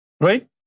Right